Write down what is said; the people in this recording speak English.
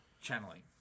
channeling